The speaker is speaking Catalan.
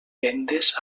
vendes